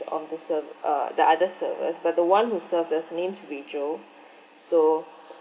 of the ser~ uh the other servers but the one who served us her name's rachel so